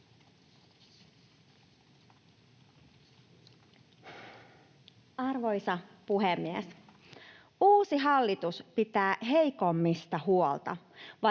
Arvoisa puhemies! Uusi hallitus pitää heikoimmista huolta,